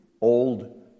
old